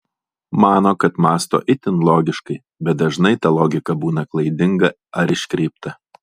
mano kad mąsto itin logiškai bet dažnai ta logika būna klaidinga ar iškreipta